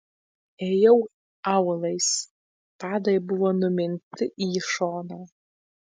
ėjau aulais padai buvo numinti į šoną